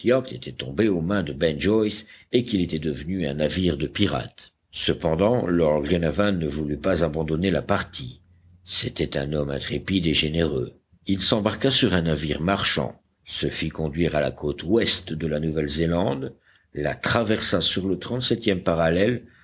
yacht était tombé aux mains de ben joyce et qu'il était devenu un navire de pirates cependant lord glenarvan ne voulut pas abandonner la partie c'était un homme intrépide et généreux il s'embarqua sur un navire marchand se fit conduire à la côte ouest de la nouvellezélande la traversa sur le trente-septième parallèle